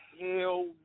hell